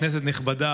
כנסת נכבדה,